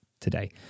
today